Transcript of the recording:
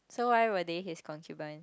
so why were they his concubine